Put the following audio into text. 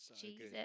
Jesus